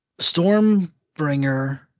Stormbringer